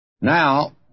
Now